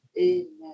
Amen